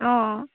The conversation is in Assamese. অঁ